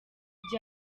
ibyo